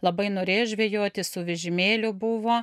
labai norėjo žvejoti su vežimėliu buvo